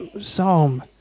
psalm